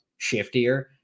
shiftier